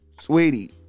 sweetie